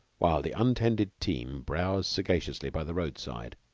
while the untended team browsed sagaciously by the road-side.